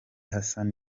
hassan